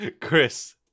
Chris